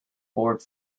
board